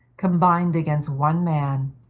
combined against one man.